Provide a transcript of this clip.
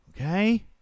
Okay